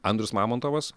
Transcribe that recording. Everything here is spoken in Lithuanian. andrius mamontovas